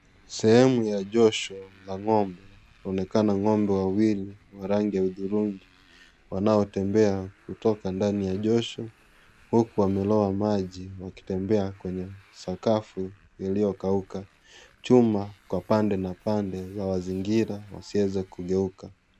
Sehemu ya josho la ngombe , wanaonekana ngombe wawili wa rangi ya hudhurungi wanaotembea kutoka ndani ya josho huku wameloa maji wakitembea kwenye sakafu iliokauka. Chuma Kwa pande na pande za mazingira wasiweze kugeuka.